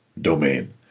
domain